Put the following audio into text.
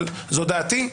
אבל זו דעתי,